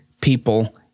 people